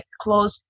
close